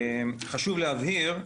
חשוב להבהיר,